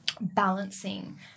balancing